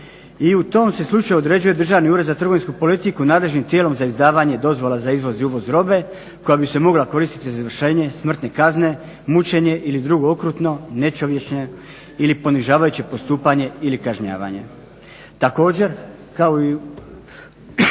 I u tom se slučaju određuje Državni ured za trgovinsku politiku i nadležnim tijelom za izdavanje dozvola za izvoz i uvoz robe koja bi se mogla koristiti za izvršenje smrtne kazne, mučenje ili drugo okrutno nečovječno ili ponižavajuće postupanje ili kažnjavanje. Također, kao i